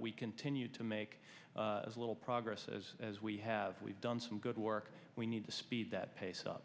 we continue to make as little progresses as we have we've done some good work we need to speed that pace up